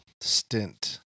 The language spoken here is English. stint